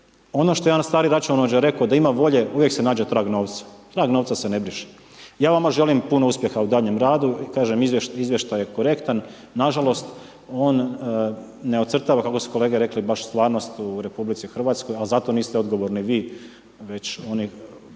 Ono što je je jedan stari računovođa rekao gdje ima volje, uvijek se nađe trag novca. Trag novca se ne briše. Ja vama želim puno uspjeha u daljnjem radu i kažem izvještaj je korektan. Nažalost, on ne ocrtava kako su kolege rekli baš stvarnost u RH ali zato niste odgovorni vi već oni